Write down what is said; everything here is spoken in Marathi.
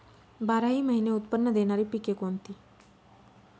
बाराही महिने उत्त्पन्न देणारी पिके कोणती?